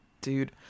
Dude